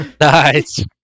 Nice